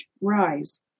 rise